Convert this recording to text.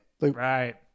Right